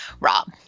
Rob